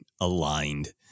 aligned